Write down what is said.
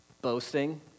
Boasting